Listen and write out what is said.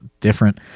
different